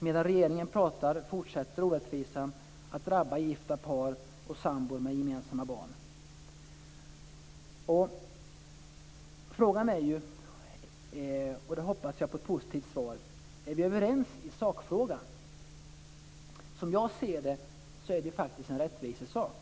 Medan regeringen pratar fortsätter orättvisan att drabba gifta par och sambor med gemensamma barn. Frågan är - och här hoppas jag på ett positivt svar: Är vi överens i sakfrågan? Som jag ser det är det faktiskt en rättvisesak.